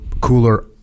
Cooler